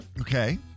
Okay